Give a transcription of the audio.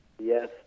Yes